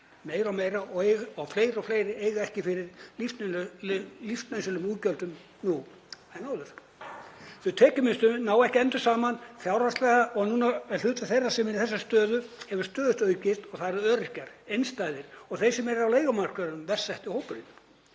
meira og fleiri og fleiri eiga ekki fyrir lífsnauðsynlegum útgjöldum nú en áður. Þau tekjuminnstu ná ekki endum saman fjárhagslega og hlutfall þeirra sem eru í þessari stöðu hefur stöðugt aukist og þar eru öryrkjar, einstæðir og þeir sem eru á leigumarkaðinum verst setti hópurinn.